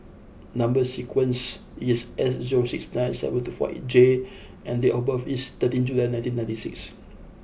number sequence is S zero six nine seven two four right J and date of birth is thirteenth July nineteen ninety six